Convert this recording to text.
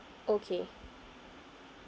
okay